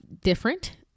different